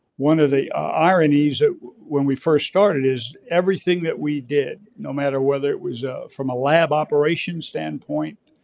one of the ironies when we first started is everything that we did, no matter whether it was from a lab operation standpoint,